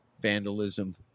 vandalism